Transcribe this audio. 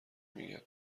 میگن